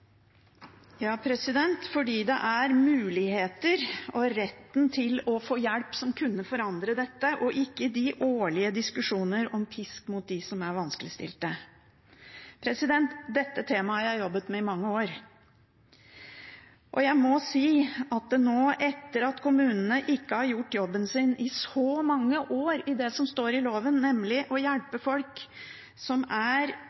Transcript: Det er muligheten og retten til å få hjelp som kunne forandre dette, og ikke de årlige diskusjoner om pisk mot dem som er vanskeligstilt. Dette temaet har jeg jobbet med i mange år. Jeg må si at nå har kommunene i mange år ikke gjort jobben sin i henhold til det som står i loven, nemlig å hjelpe folk som er